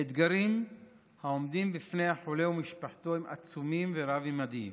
האתגרים העומדים בפני החולה ומשפחתו הם עצומים ורב-ממדיים.